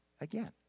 again